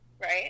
right